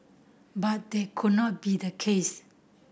but they could not be the case